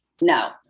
No